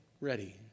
ready